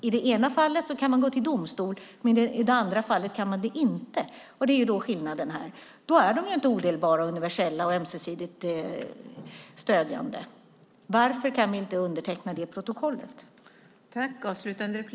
I det ena fallet kan man gå till domstol, men i det andra fallet kan man inte göra det. Det är skillnaden. Då är de inte odelbara, universella och ömsesidigt stödjande. Varför kan vi inte underteckna detta protokoll?